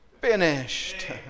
finished